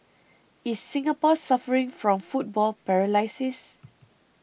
is Singapore suffering from football paralysis